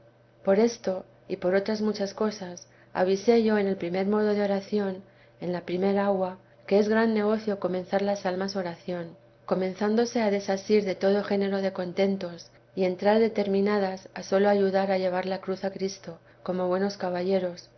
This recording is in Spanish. por esto y por otras muchas cosas avisé yo en el primer modo de oración en la primer agua que es gran negocio comenzar las almas oración comenzándose a desasir de todo género de contentos y entrar determinadas a sólo ayudar a llevar la cruz a cristo como buenos caballeros